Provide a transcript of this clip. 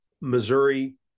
Missouri